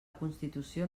constitució